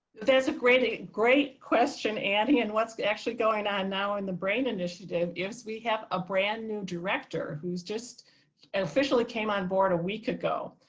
there's a great, great question. and, and what's actually going on now in the brain initiative is we have a brand new director who's just and officially came on board a week ago.